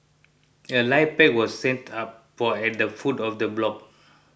a life pack was set up for at the foot of the block